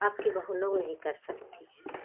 अब की बहू लोग नहीं कर सकती हैं